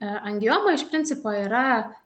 angioma iš principo yra